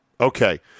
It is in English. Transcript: Okay